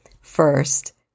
First